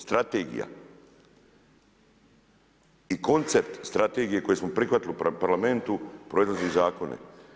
Strategija i koncept strategije koju smo prihvatili u Parlamentu proizlazi iz zakona.